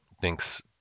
thinks